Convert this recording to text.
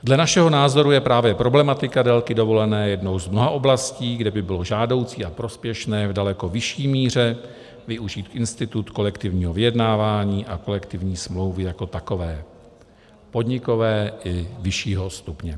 Dle našeho názoru je právě problematika délky dovolené jednou z mnoha oblastí, kde by bylo žádoucí a prospěšné v daleko vyšší míře využít institut kolektivního vyjednávání a kolektivní smlouvy jako takové, podnikové i vyššího stupně.